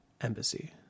embassy